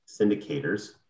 syndicators